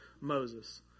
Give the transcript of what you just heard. Moses